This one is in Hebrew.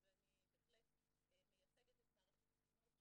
ואני בהחלט מייצגת את מערכת החינוך,